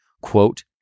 quote